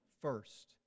first